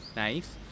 nice